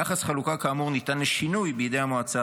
יחס חלוקה כאמור ניתן לשינוי בידי המועצה